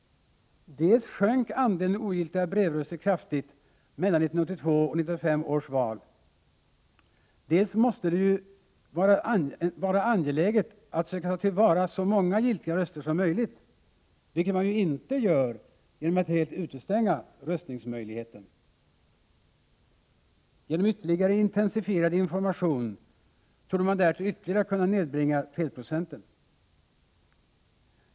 Dels sjönk andelen ogiltiga brevröster kraftigt mellan 1982 och 1985 års val, dels måste det ju vara angeläget att söka ta till vara så många giltiga röster som möjligt, vilket man inte gör genom att helt inskränka röstningsmöjligheten. Genom ännu mer intensifierad information torde man därtill ytterligare kunna nedbringa felprocenten.